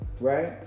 right